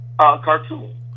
cartoon